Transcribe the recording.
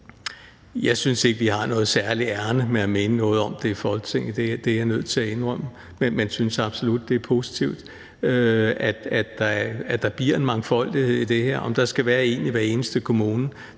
jeg synes ikke, at vi har noget særlig ærinde med hensyn til at mene noget om det i Folketinget; det er jeg nødt til at indrømme. Men jeg synes absolut, det er positivt, at der bliver en mangfoldighed i det her. Om der skal være en i hver eneste kommune,